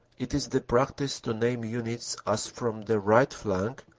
it is the practice to name units as from the right flank,